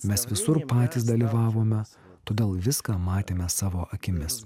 mes visur patys dalyvavome todėl viską matėme savo akimis